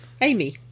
Amy